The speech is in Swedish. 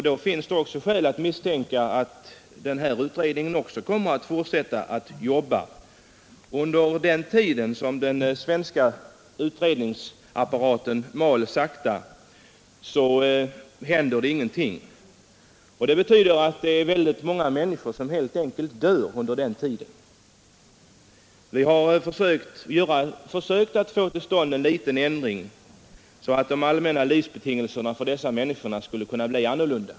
Det finns alltså skäl att misstänka att den här utredningen också kommer att fortsätta att jobba, och medan den svenska utredningsapparaten sakta mal händer det ingenting. Det betyder att väldigt många människor helt enkelt dör under den tiden. Vi har försökt att få till stånd en liten ändring, så att de allmänna livsbetingelserna för dessa människor skulle kunna bli annorlunda.